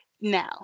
Now